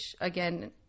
again